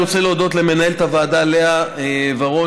אני רוצה להודות למנהלת הוועדה לאה ורון,